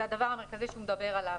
זה הדבר המרכזי שהוא מדבר עליו.